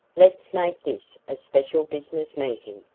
let's make this a special business meeting,